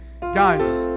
guys